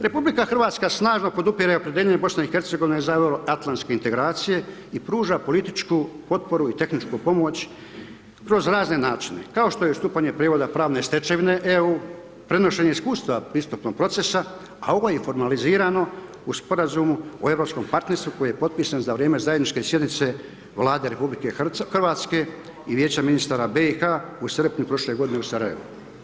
RH snažno podupire opredjeljenje BiH-a za euroatlantske integracije i pruža političku potporu i tehničku pomoć kroz razne načine, kao što je stupanje prijevoda pravne stečevine EU, prenošenje iskustava pristupnog procesa a ovo informalizirano u sporazumu o europskom partnerstvu koji je potpisan za vrijeme zajedničke sjednice Vlade RH i Vijeće ministara BiH-a u srpnju u prošle godine u Sarajevu.